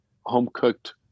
home-cooked